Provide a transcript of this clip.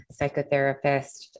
psychotherapist